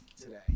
today